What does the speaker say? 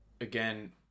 again